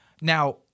now